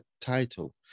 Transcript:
title